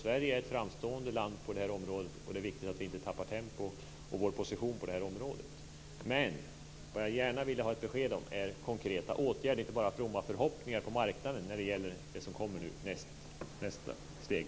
Sverige är ett framstående land på detta område, och det är viktigt att vi inte tappar tempo och vår position på det här området. Men vad jag gärna vill ha besked om är konkreta åtgärder, inte bara fromma förhoppningar på marknaden när det gäller det som kommer nu i nästa steg.